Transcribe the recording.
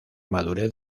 madurez